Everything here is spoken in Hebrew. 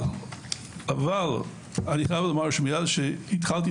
אבל מאז שהתחלתי